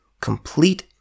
complete